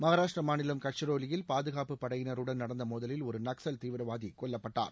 மகாராஷ்ட்ரா மாநிலம் கட்ச்ரோலியில் பாதுகாப்புப் படையினருடன் நடந்த மோதலில் ஒரு நக்ஸல் தீவிரவாதி கொல்லப்பட்டார்